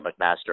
McMaster